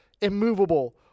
immovable